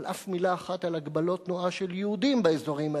אבל אף מלה אחת על הגבלות תנועה של יהודים באזורים האלה.